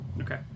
okay